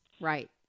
right